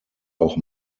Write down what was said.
auch